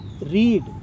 read